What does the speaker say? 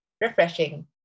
Refreshing